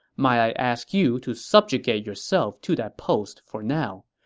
might i ask you to subjugate yourself to that post for now.